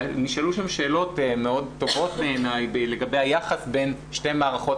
נשאלו שם שאלות מאוד טובות בעיניי לגבי היחס בין שתי למערכת